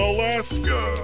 Alaska